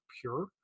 pure